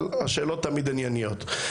אבל השאלות תמיד ענייניות.